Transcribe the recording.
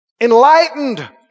enlightened